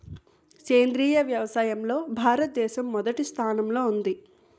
సేంద్రీయ వ్యవసాయంలో భారతదేశం మొదటి స్థానంలో ఉంది